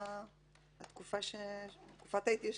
תקופת ההתיישנות.